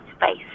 space